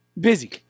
busy